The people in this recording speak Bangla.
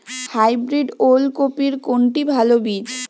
হাইব্রিড ওল কপির কোনটি ভালো বীজ?